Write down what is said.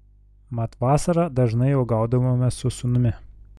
mat vasarą dažnai uogaudavome su sūnumi